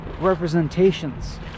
representations